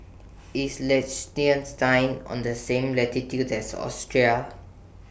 IS Liechtenstein on The same latitude as Austria